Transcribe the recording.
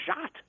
shot